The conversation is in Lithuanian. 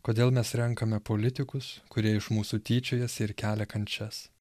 kodėl mes renkame politikus kurie iš mūsų tyčiojasi ir kelia kančias